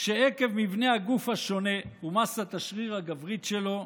שעקב מבנה הגוף השונה ומסת השריר הגברית שלו,